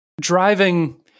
driving